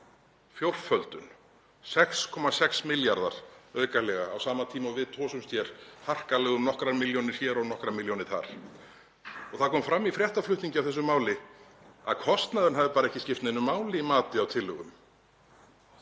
fjórföldun, 6,6 milljarðar aukalega á sama tíma og við tosumst hér harkalega á um nokkrar milljónir hér og nokkrar milljónir þar. Það kom fram í fréttaflutningi af þessu máli að kostnaðurinn hefði bara ekki skipt neinu máli í mati á tillögunni.